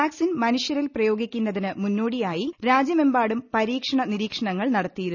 vaccine മനുഷ്യരിൽ പ്രയോഗിക്കുന്നതിന് മുന്നോടിയായി രാജ്യമെമ്പാടും പരീക്ഷണ നിരീക്ഷണങ്ങൾ നടത്തിയിരുന്നു